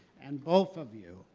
and both of you